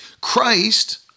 Christ